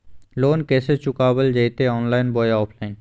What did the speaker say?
Loan कैसे चुकाबल जयते ऑनलाइन बोया ऑफलाइन?